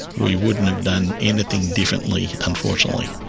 we wouldn't have done anything differently, unfortunately.